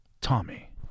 Tommy